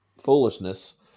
foolishness